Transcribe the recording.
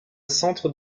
centre